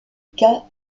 cas